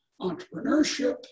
entrepreneurship